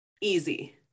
easy